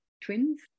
twins